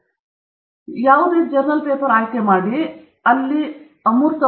ನೀವು ಯಾವುದೇ journal paper ಆಯ್ಕೆ ಮಾಡಬಹುದು ನೀವು ಅದನ್ನು ನೋಡಬಹುದು ಇದು ಇಲ್ಲಿ ಕೇವಲ ಒಂದು ಉದಾಹರಣೆಯಾಗಿದೆ